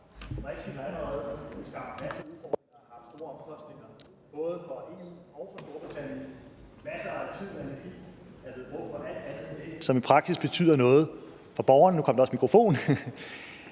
som i praksis betyder noget for borgeren.